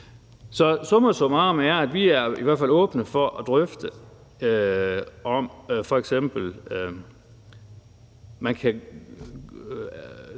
Så summa summarum er vi i hvert fald åbne for at drøfte, om man f.eks.